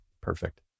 perfect